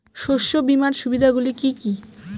শস্য বিমার সুবিধাগুলি কি কি?